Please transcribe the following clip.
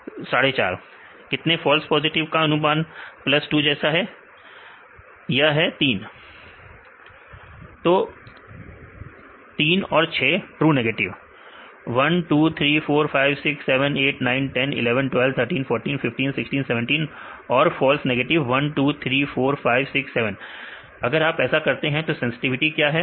विद्यार्थी5 45 कितने false positive का अनुमान प्लस 2 जैसा है विद्यार्थी3 यह भी सही है 3 विद्यार्थी 3 36 ट्रू नेगेटिव 1 2 3 4 5 6 7 8 9 10 11 12 13 14 15 16 17 और फॉल्स नेगेटिव 1 2 3 4 5 6 7 अगर आप ऐसा करते हैं तो सेंसटिविटी क्या है